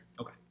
Okay